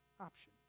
option